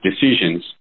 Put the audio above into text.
decisions